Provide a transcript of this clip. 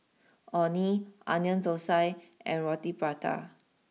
Orh Nee Onion Thosai and Roti Prata